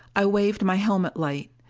i waved my helmet light.